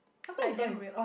like damn real